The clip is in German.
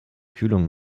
kühlung